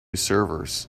servers